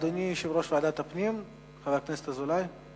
אדוני יושב-ראש ועדת הפנים, חבר הכנסת דוד אזולאי.